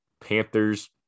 Panthers